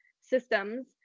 systems